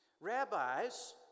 Rabbis